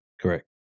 Correct